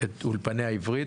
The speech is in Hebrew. אולפני העברית.